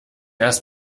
erst